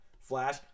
Flash